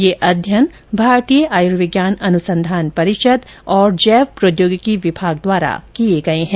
यह अध्ययन भारतीय आयुर्विज्ञान अनुसंधान परिषद और जैव प्रौद्योगिकी विभाग द्वारा किए गए हैं